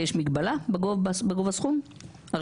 לא, לא.